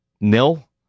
Nil